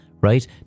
...right